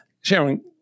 Sharon